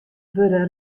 wurde